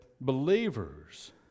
believers